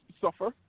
suffer